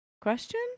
question